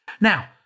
Now